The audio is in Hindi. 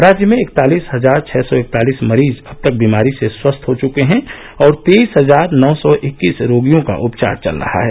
राज्य में इकतालीस हजार छः सौ इकतालीस मरीज अब तक बीमारी से स्वस्थ हो चुके हैं और तेईस हजार नौ सौ इक्कीस रोगियों का उपचार चल रहा है